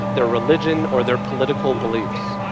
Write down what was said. their religion or their political beliefs.